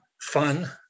fun